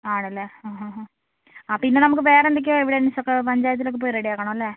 ആണല്ലേ ആ ഹാ ഹാ ആ പിന്നെ നമുക്ക് വേറെന്തൊക്കെയാണ് എവിടെൻസ് ഒക്കെ പഞ്ചായത്തിലൊക്കെ പോയി റെഡി ആക്കണം അല്ലേ